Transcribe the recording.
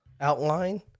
outline